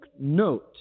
note